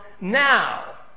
now